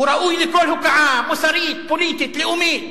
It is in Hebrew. הוא ראוי לכל הוקעה מוסרית, פוליטית, לאומית.